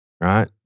Right